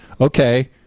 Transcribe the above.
okay